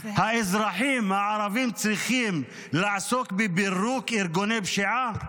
האזרחים הערבים צריכים לעסוק בפירוק ארגוני פשיעה?